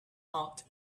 out